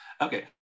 okay